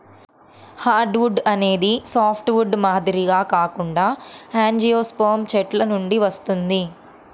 hardwood అనేది softwood మాదిరిగా కాకుండా యాంజియోస్పెర్మ్ చెట్ల నుండి వస్తుంది